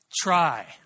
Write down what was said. try